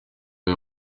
uyu